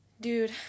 dude